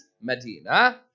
Medina